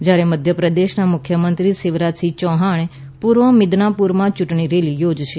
જ્યારે મધ્યપ્રદેશના મુખ્યમંત્રી શિવરાજસિંહ ચૌહાણ પૂર્વ મીદનાપુરમાં યૂંટણી રેલી યોજશે